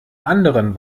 anderen